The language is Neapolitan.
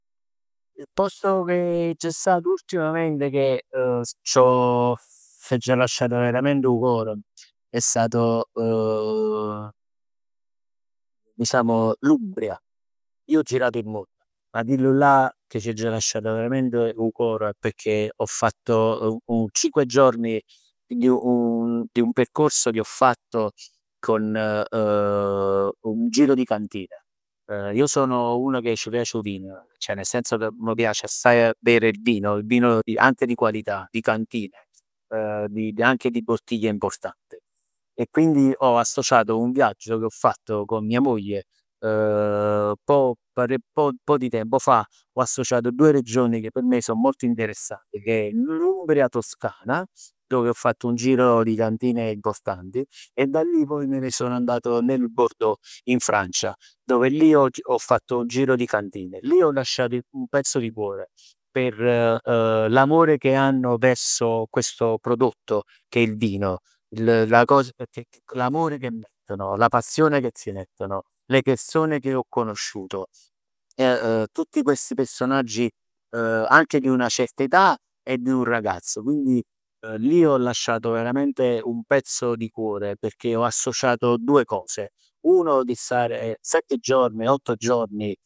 Il posto che aggia stat ultimament che c'ho ch'aggia lasciat verament 'o core, è stato diciamo l'Umbria. Io ho girato il mondo. Ma chillullà che ch'aggia lasciat verament 'o core è pecchè ho fatto un un cinque giorni, di un percorso che ho fatto con un giro di cantine. Io sono uno che c' piace 'o vino, cioè nel senso che m' piace assaje a bere il vino, vino anche di qualità, di cantine, anche di bottiglia importante. E quindi ho associato un viaggio che ho fatto con mia moglie, poj un pò pò pò di tempo fa. Ho associato due regioni che p' me so molto interessanti, ch' è l'Umbria Toscana, dove ho fatto un giro di cantine importanti e da lì poi me ne sono andato nel Bordeaux in Francia, dove lì ho fatto un giro di cantine. Lì ho lasciato un pezzo di cuore, per l'amore che hanno verso questo prodotto che è il vino, la la la cosa, l'amore che mettono, la passione che ci mettono, le persone che ho conosciuto, tutti questi personaggi anche di una certa età e di un ragazzo. Quindi lì ho lasciato veramente un pezzo di cuore, perchè ho associato due cose, uno di stare sette giorni, otto giorni